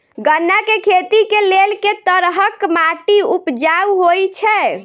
गन्ना केँ खेती केँ लेल केँ तरहक माटि उपजाउ होइ छै?